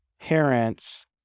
parents